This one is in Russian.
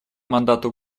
мандату